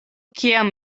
kiam